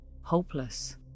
hopeless